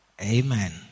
Amen